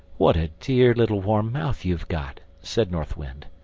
what a dear little warm mouth you've got! said north wind.